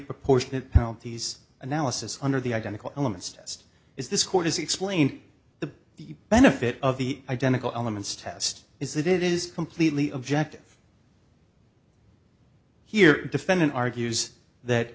proportionate penalties analysis under the identical elements just is this court is explain the benefit of the identical elements test is that it is completely objective here defendant argues that